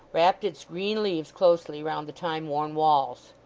wrapt its green leaves closely round the time-worn walls.